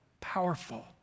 powerful